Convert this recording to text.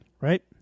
Right